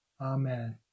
Amen